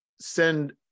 send